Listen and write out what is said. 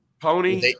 Pony